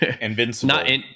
Invincible